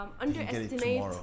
underestimate